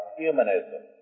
humanism